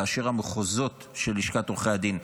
כאשר המחוזות של לשכת עורכי הדין,